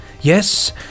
Yes